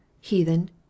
heathen